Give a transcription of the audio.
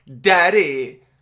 Daddy